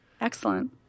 Excellent